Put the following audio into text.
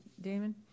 Damon